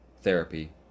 therapy